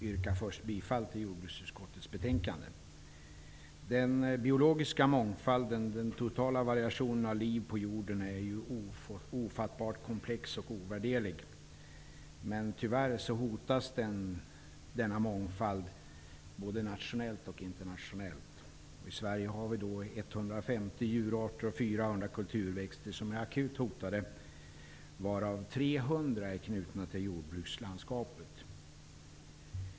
Fru talman! Först yrkar jag bifall till hemställan i jordbruksutskottets betänkande nr 9. Den biologiska mångfalden, den totala variationen av liv på jorden, är ofattbart komplex och ovärderlig. Tyvärr hotas denna mångfald både nationellt och internationellt. I Sverige finns det 150 djurarter och 400 kulturväxter som är akut hotade. 300 av dem är knutna till jordbrukslandskapet.